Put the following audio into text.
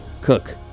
Cook